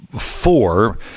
four